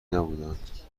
نبودهاند